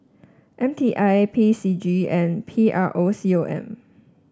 M T I P C G and P R O C O M